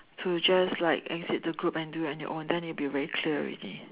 to just like exit the group and do it on your own then it will be very clear already